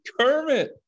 Kermit